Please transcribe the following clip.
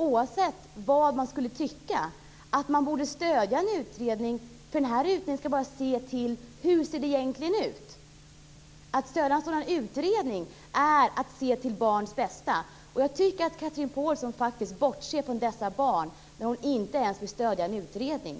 Oavsett vad man kan tycka menar jag att man borde stödja en utredning som bara skall se till hur det egentligen ser ut. Att stödja en sådan utredning är att se till barns bästa. Jag tycker att Chatrine Pålsson faktiskt bortser från dessa barn när hon inte ens vill stödja en utredning.